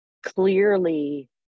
clearly